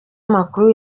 amakuru